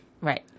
Right